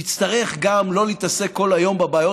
יצטרך גם לא להתעסק כל היום בבעיות